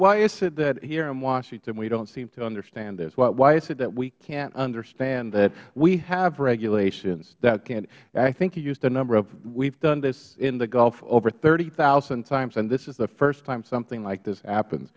why is it that here in washington we don't seem to understand this why is it that we can't understand that we have regulations i think you used the number we've done this in the gulf over thirty thousand times and this is the first time something like this happen